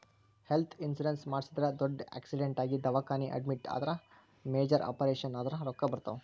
health insurance ಮಾಡಿಸಿದ್ರ ದೊಡ್ಡ್ accident ಆಗಿ ದವಾಖಾನಿ ಅಡ್ಮಿಟ್ ಆದ್ರ ಮೇಜರ್ ಆಪರೇಷನ್ ಆದ್ರ ರೊಕ್ಕಾ ಬರ್ತಾವ